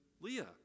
Leah